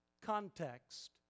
context